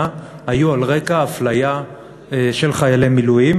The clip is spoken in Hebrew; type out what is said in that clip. היו על רקע אפליה של חיילי מילואים.